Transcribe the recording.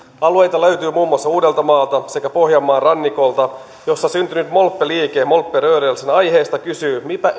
alueita löytyy muun muassa uudeltamaalta sekä pohjanmaan rannikolta jossa syntynyt molpe liike molperörelsen aiheesta kysyy